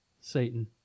Satan